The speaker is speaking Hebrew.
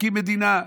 נקים מדינה.